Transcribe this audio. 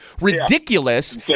ridiculous